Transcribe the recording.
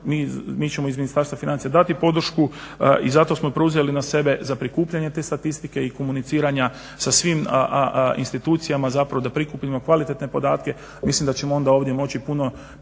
mi ćemo iz Ministarstva financija dati podršku i zato smo preuzeli na sebe za prikupljanje te statistike i komuniciranja sa svim institucijama zapravo da prikupimo kvalitetne podatke. Mislim da ćemo onda ovdje moći puno